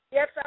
Yes